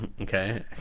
Okay